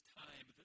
time